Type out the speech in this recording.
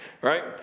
Right